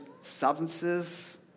substances